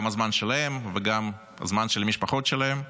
גם הזמן שלהם וגם הזמן של המשפחות שלהם,